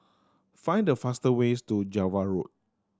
find the faster ways to Java Road